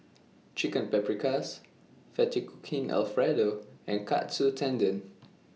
Chicken Paprikas Fettuccine Alfredo and Katsu Tendon